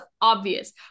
obvious